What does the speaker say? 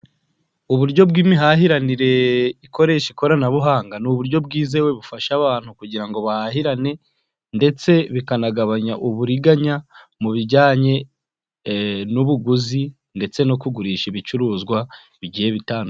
Uburyo bw'imihahiranire ikoresha ikoranabuhanga ni uburyo bwizewe bufasha abantu kugira ngo bahahirane ndetse bikanagabanya uburiganya mu bijyanye n'ubuguzi ndetse no kugurisha ibicuruzwa bigiye bitandukanye.